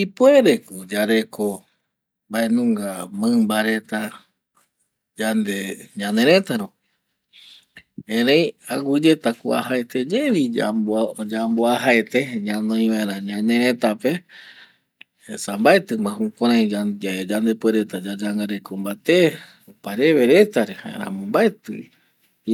Ipuereko yareko mbaenunga mɨmba reta yande ñanerëta rupi erei aguɨyetako oajaeteyevi yamboajaete ñanoi väera ñanerëtape esa mbaetɨma jukuraiyae yande puereta yayangareko mbate opareve retare jaeramo mbaetɨ